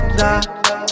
nah